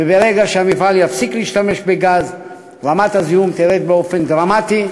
וברגע שהמפעל יפסיק להשתמש בגז רמת הזיהום תרד באופן דרמטי,